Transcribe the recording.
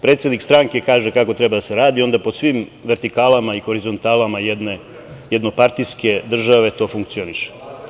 Predsednik stranke kaže kako treba da se radi, a onda po svim vertikalama i horizontalama jednopartijske države to funkcioniše.